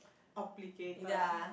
obligated